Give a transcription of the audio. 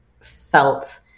felt